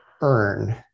earn